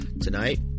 tonight